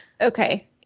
okay